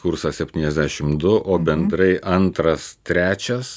kursas septyniasdešimt du o bendrai antras trečias